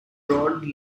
broad